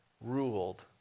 ruled